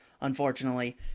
Unfortunately